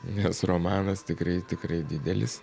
nes romanas tikrai tikrai didelis